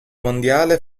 mondiale